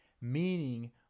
meaning